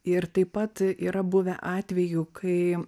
ir taip pat yra buvę atvejų kai